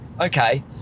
okay